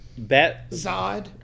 Zod